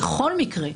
בכל מקרה,